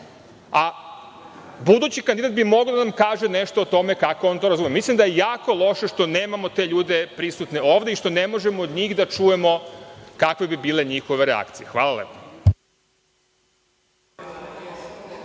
a budući kandidat bi mogao nešto da nam kaže kako on to razume. Mislim da je jako loše što nemamo te ljude prisutne ovde i što ne možemo od njih da čujemo kakve bi bile njihove reakcije. Hvala lepo.